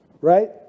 right